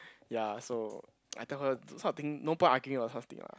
ya so I tell her those kind of thing no point arguing over such thing lah